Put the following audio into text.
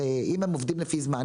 הרי אם הם עובדים לפי זמן,